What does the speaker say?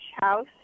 House